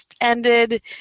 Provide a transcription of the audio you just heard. ended